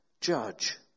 judge